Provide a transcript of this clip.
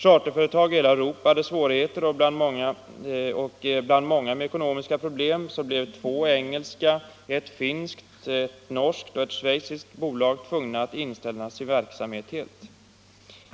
Charterföretag i hela Europa hade svårigheter, och bland många med ekonomiska problem blev två engelska, ett finskt, ett norskt och ett schweiziskt bolag tvungna att helt inställa sin verksamhet.